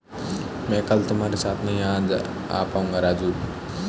मैं कल तुम्हारे साथ नहीं आ पाऊंगा राजू